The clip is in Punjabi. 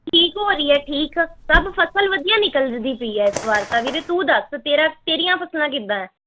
ਠੀਕ ਹੋ ਰਹੀ ਹੈ ਠੀਕ ਸਭ ਫਸਲ ਵਧੀਆ ਨਿਕਲਦੀ ਪਈ ਹੈ ਇਸ ਵਾਰ ਤਾਂ ਵੀਰੇ ਤੂੰ ਦੱਸ ਤੇਰਾ ਤੇਰੀਆਂ ਫਸਲਾਂ ਕਿੱਦਾਂ